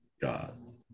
God